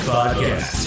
Podcast